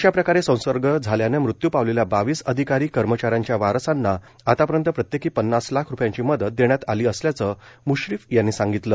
अश्या प्रकारे संसर्ग झाल्यानं मृत्यू झालेल्या बावीस अधिकारी कर्मचाऱ्यांच्या वारसांना आतापर्यंत प्रत्येकी पन्नास लाख रुपयांची मदत देण्यात आली असल्याचं म्श्रीफ यांनी सांगितलं